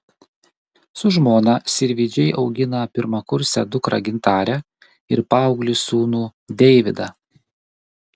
su žmona sirvydžiai augina pirmakursę dukrą gintarę ir paauglį sūnų deividą